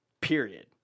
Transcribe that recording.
Period